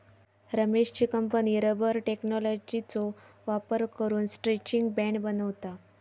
रमेशची company rubber टेक्नॉलॉजीचो वापर करून स्ट्रैचिंग बँड बनवता